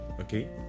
okay